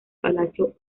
palacio